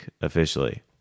officially